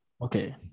Okay